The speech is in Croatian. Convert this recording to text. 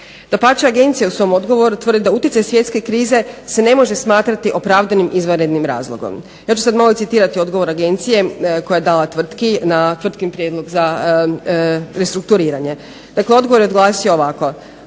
Dapače, agencija u svom odgovoru tvrdi da utjecaj svjetske krize se ne može smatrati opravdanim izvanrednim razlogom. Ja ću sad malo i citirati odgovor agencije koja je dala tvrtki na tvrtkin prijedlog za restrukturiranje. Dakle, odgovor je glasio ovako: